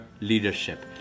leadership